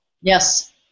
Yes